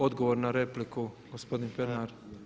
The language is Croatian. Odgovor na repliku gospodin Pernar.